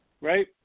right